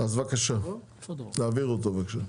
אז בבקשה, תעבירו אותו בבקשה.